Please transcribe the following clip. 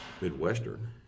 Midwestern